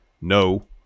No